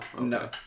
No